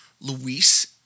Luis